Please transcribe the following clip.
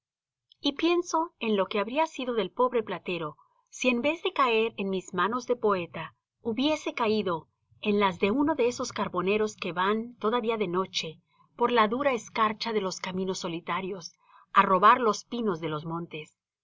y pienso en lo que habría sido del pobre platero si en vez de caer en mis manos de poeta hubiese caído en las de uno de esos carboneros que van todavía de noche por la dura escarcha de los caminos solitarios á robar los pinos de los montes